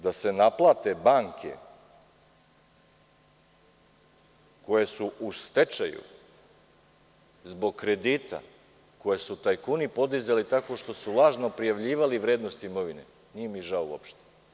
To što će da se naplate banke koje su u stečaju zbog kredita koje su tajkuni podizali tako što su lažno prijavljivali vrednost imovine, nije mi žao uopšte.